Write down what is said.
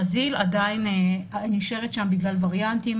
ברזיל עדיין נשארת שם בגלל וריאנטים,